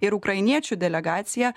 ir ukrainiečių delegacija